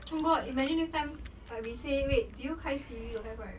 oh my god imagine next time like we say wait did you 开 siri don't have right